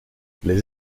les